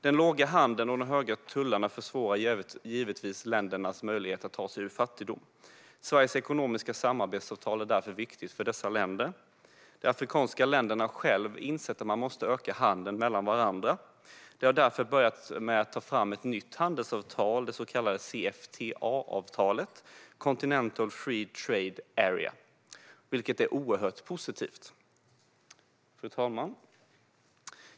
Den låga andelen handel och de höga tullarna försvårar givetvis för länderna att ta sig ur fattigdom. Sveriges ekonomiska samarbetsavtal är därför viktigt för dessa länder. De afrikanska länderna har själva insett att de behöver öka handeln med varandra. De har därför börjat ta fram ett nytt handelsavtal, det så kallade CFTA-avtalet, eller Continental Free Trade Area, vilket är oerhört positivt. Ekonomiskt partner-skapsavtal mellan Europeiska unionen och dess medlems-stater, å ena sidan, och de avtalsslutande Sadc-staterna, å andra sidan Fru talman!